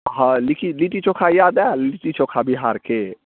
हँ लिट्टी चोखा याद आएल लिट्टी चोखा बिहारके